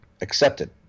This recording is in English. accepted